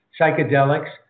psychedelics